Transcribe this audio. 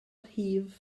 rhif